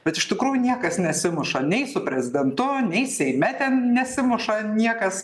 bet iš tikrųjų niekas nesimuša nei su prezidentu nei seime ten nesimuša niekas